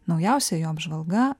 naujausia jo apžvalga